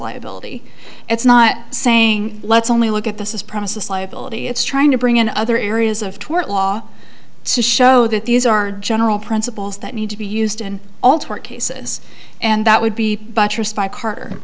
liability it's not saying let's only look at this is process liability it's trying to bring in other areas of tort law to show that these are general principles that need to be used in all tort cases and that would be buttressed by carter